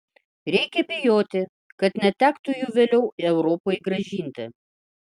reikia bijoti kad netektų jų vėliau europai grąžinti